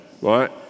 Right